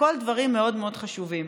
הכול דברים מאוד מאוד חשובים.